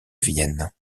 vienne